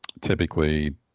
typically